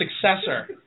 successor